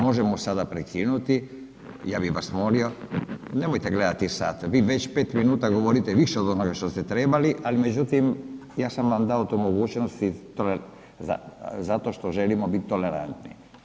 Možemo sada prekinuti, ja bih vas molimo, nemojte gledati sat, vi već 5 minuta govorite više od onoga što ste trebali, ali međutim ja sam vam dao tu mogućnost zato što želimo biti tolerantni.